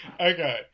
Okay